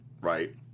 right